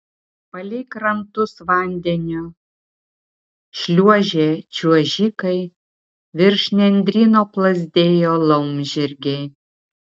palei krantus vandeniu šliuožė čiuožikai virš nendryno plazdėjo laumžirgiai